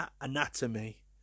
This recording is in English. Anatomy